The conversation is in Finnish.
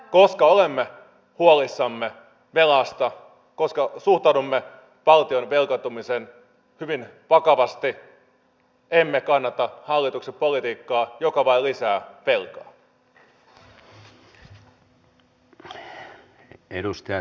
koska olemme huolissamme velasta koska suhtaudumme valtion velkaantumiseen hyvin vakavasti emme kannata hallituksen politiikkaa joka vain lisää velkaa